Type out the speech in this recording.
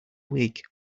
wig